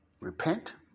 repent